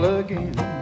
again